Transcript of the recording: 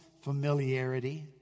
familiarity